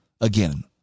Again